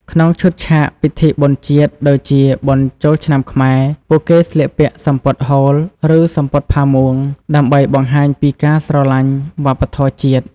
ក្នុងឈុតឆាក ពិធីបុណ្យជាតិ ដូចជាបុណ្យចូលឆ្នាំខ្មែរ ពួកគេស្លៀកពាក់ សំពត់ហូល ឬសំពត់ផាមួង ដើម្បីបង្ហាញពីការស្រលាញ់វប្បធម៌ជាតិ។